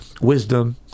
wisdom